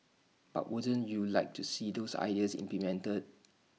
but wouldn't you like to see those ideas implemented